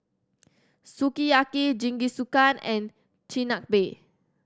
Sukiyaki Jingisukan and Chigenabe